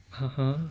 ha ha